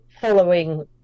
following